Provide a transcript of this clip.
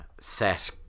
set